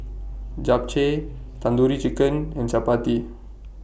Japchae Tandoori Chicken and Chapati